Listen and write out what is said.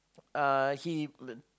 uh he